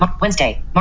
Wednesday